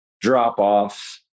drop-offs